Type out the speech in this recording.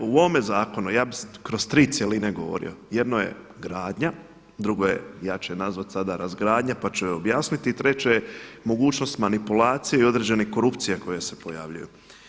U ovome zakonu ja bih kroz tri cjeline govorio, jedno je gradnja, ja ću je nazvati sada razgradnja pa ću je objasniti i treće je mogućnost manipulacije i određenih korupcija koje se pojavljuju.